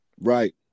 Right